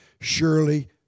Surely